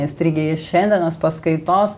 įstrigę iš šiandienos paskaitos